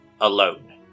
alone